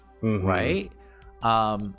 right